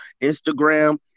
Instagram